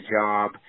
job